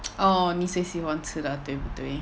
oh 你最喜欢吃的对不对